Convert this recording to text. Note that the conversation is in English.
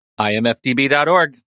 IMFDB.org